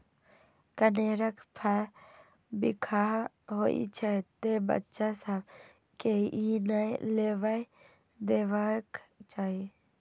कनेरक फर बिखाह होइ छै, तें बच्चा सभ कें ई नै लेबय देबाक चाही